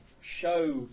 show